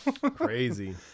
Crazy